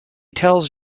tells